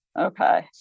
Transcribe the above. Okay